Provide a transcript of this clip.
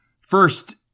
first